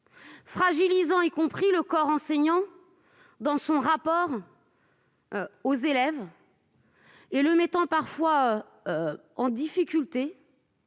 fragilisant le corps enseignant dans son rapport aux élèves et le mettant parfois en difficulté